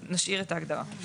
אז נשאיר את ההגדרה.